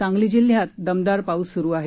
सांगली जिल्ह्यात दमदार पाऊस सुरू आहे